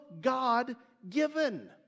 God-given